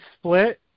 split